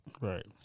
Right